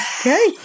okay